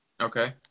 Okay